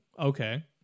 okay